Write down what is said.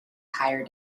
higher